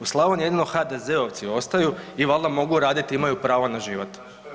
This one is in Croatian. U Slavoniji jedino HDZ-ovci ostaju i valda mogu raditi imaju pravo na život.